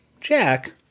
Jack